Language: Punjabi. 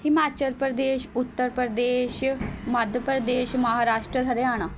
ਹਿਮਾਚਲ ਪ੍ਰਦੇਸ਼ ਉੱਤਰ ਪ੍ਰਦੇਸ਼ ਮੱਧ ਪ੍ਰਦੇਸ਼ ਮਹਾਂਰਾਸ਼ਟਰ ਹਰਿਆਣਾ